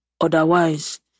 otherwise